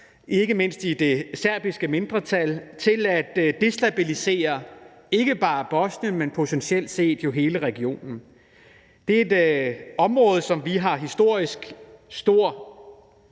ikke mindst i det serbiske mindretal – til at destabilisere ikke bare Bosnien, men jo potentielt set hele regionen. Det er et område, som vi historisk har